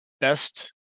Best